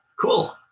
Cool